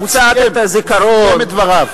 הוא סיים את דבריו, הוא סיים את דבריו.